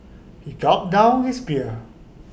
he gulped down his beer